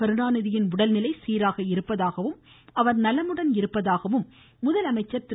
கருணாநிதியின் உடல்நிலை சீராக இருப்பதாகவும் அவர் நலமுடன் இருப்பதாகவும் முதலமைச்சர் திரு